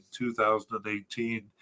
2018